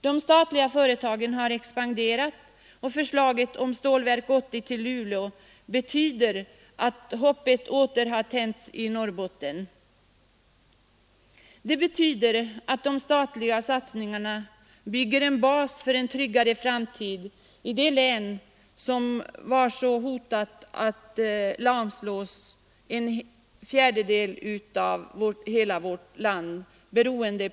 De statliga företagen har expanderat, och förslaget om Stålverk 80 till Luleå betyder att hoppet åter har tänts i Norrbotten. Det betyder att de statliga satsningarna bygger en bas för en tryggare framtid i det län där arbetslösheten hotat att lamslå en region som motsvarar en fjärdedel av hela landet.